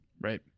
Right